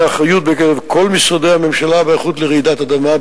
האחריות בקרב כל משרדי הממשלה בהיערכות לרעידת אדמה.